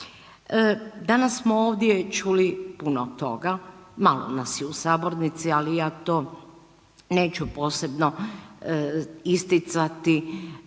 Danas smo ovdje čuli puno toga, malo nas je u sabornici, ali ja to neću posebno isticati,